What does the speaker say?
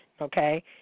Okay